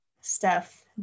Steph